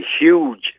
huge